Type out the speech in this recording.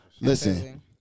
listen